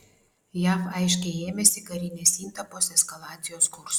jav aiškiai ėmėsi karinės įtampos eskalacijos kurso